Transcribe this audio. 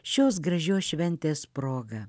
šios gražios šventės proga